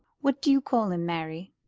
what do you call him, mary?